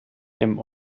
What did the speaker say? dem